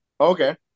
Okay